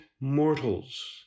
mortals